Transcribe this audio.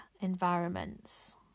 environments